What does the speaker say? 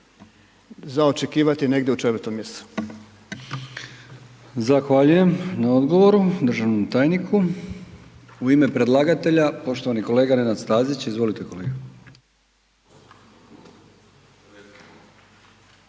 **Brkić, Milijan (HDZ)** Zahvaljujem na odgovoru državnom tajniku. U ime predlagatelja poštovani kolega Nenad Stazić, izvolite kolega.